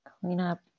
Cleanup